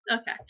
Okay